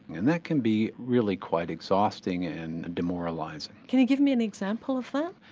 and that can be really quite exhausting and demoralising. can you give me an example of that?